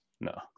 No